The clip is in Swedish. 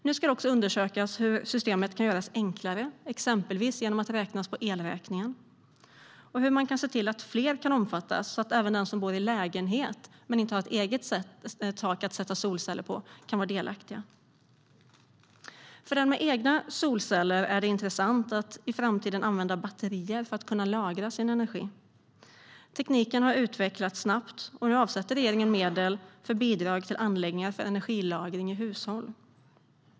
Nu ska det också undersökas hur systemet kan göras enklare, exempelvis genom att räknas via elräkningen, och hur fler kan omfattas så att även den som bor i lägenhet och inte har ett eget tak att sätta solceller på kan vara delaktig. För den med egna solceller är det intressant att i framtiden använda batterier för att kunna lagra sin energi. Tekniken har utvecklats snabbt, och nu avsätter regeringen medel för bidrag till anläggningar för energilagring i hushåll.